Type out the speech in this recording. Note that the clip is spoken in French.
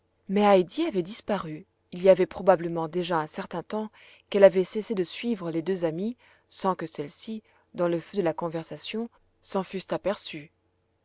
mais heidi avait disparu il y avait probablement déjà un certain temps qu'elle avait cessé de suivre les deux amies sans que celles-ci dans le feu de la conversation s'en fussent aperçues